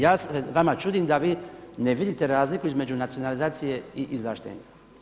Ja se vama čudim da vi ne vidite razliku između nacionalizacije i izvlaštenja.